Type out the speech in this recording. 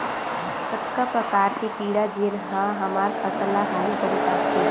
कतका प्रकार के कीड़ा जेन ह हमर फसल ल हानि पहुंचाथे?